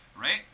Right